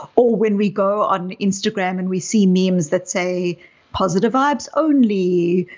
or when we go on instagram and we see memes that say positive vibes only.